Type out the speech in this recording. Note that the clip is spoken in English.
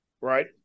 Right